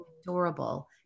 adorable